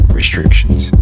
Restrictions